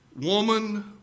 Woman